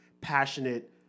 passionate